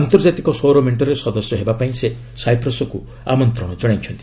ଆନ୍ତର୍ଜାତିକ ସୌରମେଖ୍ଟରେ ସଦସ୍ୟ ହେବା ପାଇଁ ସେ ସାଇପ୍ରସ୍କୁ ଆମନ୍ତ୍ରଣ କରିଛନ୍ତି